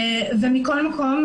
מכל מקום,